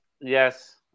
Yes